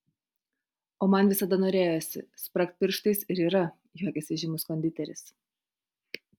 o man visada norėjosi spragt pirštais ir yra juokiasi žymus konditeris